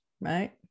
right